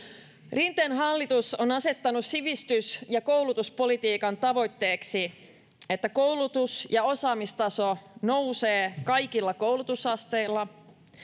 rinteen hallitus on asettanut sivistys ja koulutuspolitiikan tavoitteeksi että koulutus ja osaamistaso nousee kaikilla koulutusasteilla